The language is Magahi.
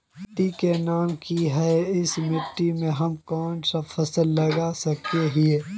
मिट्टी के नाम की है इस मिट्टी में हम कोन सा फसल लगा सके हिय?